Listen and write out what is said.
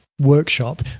Workshop